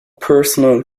personal